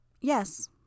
Yes